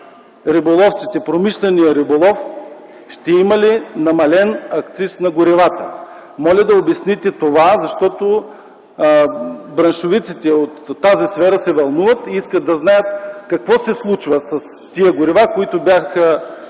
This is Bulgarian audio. промишленият риболов ще има ли намален акциз на горивата? Моля да обясните това, защото браншовиците от тази сфера се вълнуват и искат да знаят какво се случва с тези горива, които бяха